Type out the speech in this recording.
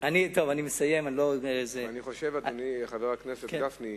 אני חושב, אדוני, חבר הכנסת גפני,